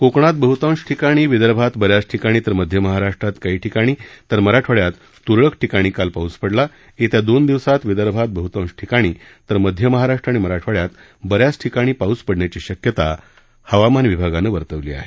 कोकणात बहतांश ठिकाणी विदर्भात बऱ्याच ठिकाणी तर मध्य महाराष्ट्रात काही ठिकाणी तर मराठवाडयात त्रळक ठिकाणी काल पाऊस पडला येत्या दोन दिवसात विदर्भात बहतांश ठिकाणी तर मध्य महाराष्ट्र आणि मराठवाडयात बऱ्याच ठिकाणी पाऊस पडण्याची शक्यता हवामान विभागानं वर्तवली आहे